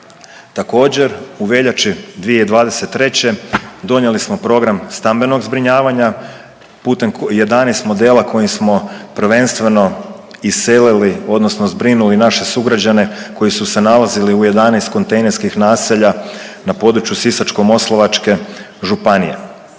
Također u veljači 2023., donijeli smo program stambenog zbrinjavanja putem 11 modela, kojim smo prvenstveno iselili odnosno zbrinuli naše sugrađane koji su se nalazili u 11 kontejnerskih naselja na području Sisačko-moslavačke županije.